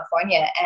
California